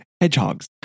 hedgehogs